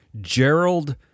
Gerald